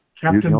Captain